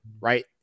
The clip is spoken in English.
Right